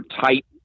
tight